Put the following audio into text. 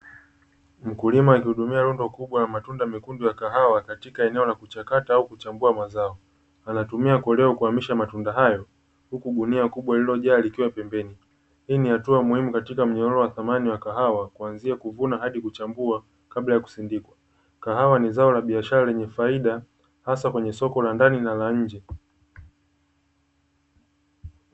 Mkulima akihudumia rundo kubwa na matunda mekundu ya kahawa katika eneo la kuchakata au kuchambua mazao, anatumia koleo kuhamisha matunda hayo huku gunia kubwa lililojaa likiwa pembeni. Hii ni hatua muhimu katika mnyororo wa thamani wa kahawa kuanzia kuvuna hadi kuchambua kabla ya kusindikwa, kahawa ni zao la biashara lenye faida hasa kwenye soko la ndani na la nje.